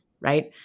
right